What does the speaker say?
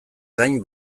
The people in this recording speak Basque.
gain